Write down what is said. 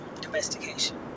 domestication